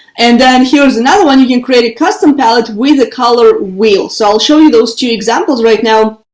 and then here's another one you can create a custom palette with a color wheel so i'll show you those two examples right now.